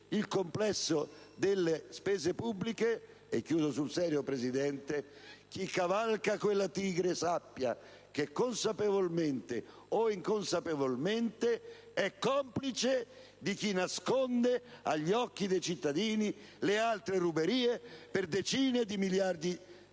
il complesso delle spese pubbliche. Chi cavalca quella tigre sappia che, consapevolmente o inconsapevolmente, è complice di chi nasconde agli occhi dei cittadini le altre ruberie per decine di miliardi di euro.